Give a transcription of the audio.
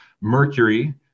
Mercury